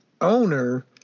owner